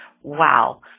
wow